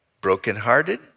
brokenhearted